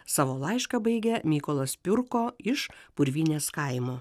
savo laišką baigia mykolas piurko iš purvynės kaimo